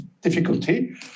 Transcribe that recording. difficulty